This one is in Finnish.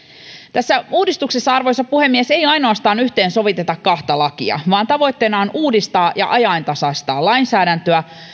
tässä uudistuksessa arvoisa puhemies ei ainoastaan yhteensoviteta kahta lakia vaan tavoitteena on uudistaa ja ajantasaistaa lainsäädäntöä